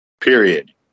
Period